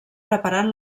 preparant